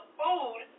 food